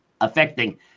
affecting